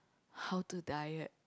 how to diet